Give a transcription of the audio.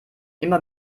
immer